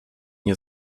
nie